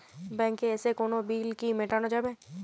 ব্যাংকে এসে কোনো বিল কি মেটানো যাবে?